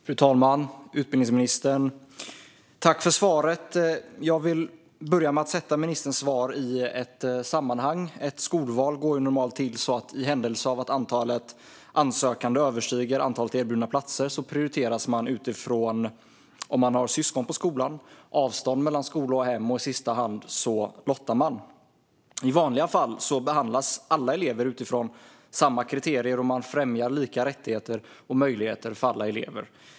Fru talman! Utbildningsministern! Tack för svaret! Jag vill börja med att sätta ministerns svar i ett sammanhang. Ett skolval går ju normalt till så att i händelse av att antalet ansökande överstiger antalet erbjudna platser prioriteras eleverna utifrån om de har syskon på skolan, avståndet mellan skola och hem, och i sista hand lottar man. I vanliga fall behandlas alla elever utifrån samma kriterier om att främja lika rättigheter och möjligheter för alla elever.